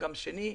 גל שני.